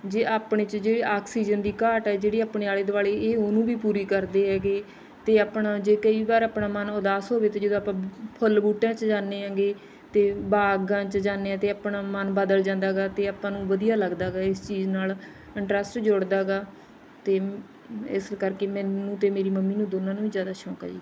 ਜੇ ਆਪਣੇ 'ਚ ਜਿਹੜੀ ਆਕਸੀਜਨ ਦੀ ਘਾਟ ਆ ਜਿਹੜੀ ਆਪਣੇ ਆਲੇ ਦੁਆਲੇ ਇਹ ਉਹਨੂੰ ਵੀ ਪੂਰੀ ਕਰਦੇ ਹੈਗੇ ਅਤੇ ਆਪਣਾ ਜੇ ਕਈ ਵਾਰ ਆਪਣਾ ਮਨ ਉਦਾਸ ਹੋਵੇ ਤਾਂ ਜਦੋਂ ਆਪਾਂ ਫੁੱਲ ਬੂਟਿਆਂ 'ਚ ਜਾਂਦੇ ਹੈਗੇ ਤਾਂ ਬਾਗਾਂ 'ਚ ਜਾਂਦੇ ਹਾਂ ਅਤੇ ਆਪਣਾ ਮਨ ਬਦਲ ਜਾਂਦਾ ਗਾ ਅਤੇ ਆਪਾਂ ਨੂੰ ਵਧੀਆ ਲੱਗਦਾ ਗਾ ਇਸ ਚੀਜ਼ ਨਾਲ ਇੰਟਰਸਟ ਜੁੜਦਾ ਗਾ ਅਤੇ ਇਸ ਕਰਕੇ ਮੈਨੂੰ ਅਤੇ ਮੇਰੀ ਮੰਮੀ ਨੂੰ ਦੋਨਾਂ ਨੂੰ ਹੀ ਜ਼ਿਆਦਾ ਸ਼ੌਂਕ ਆ ਜੀ